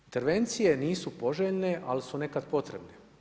Intervencije nisu poželjne ali su nekad potrebne.